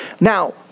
Now